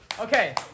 Okay